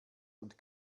und